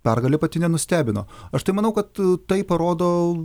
pergalė pati nenustebino aš tai manau kad tai parodo